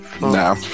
no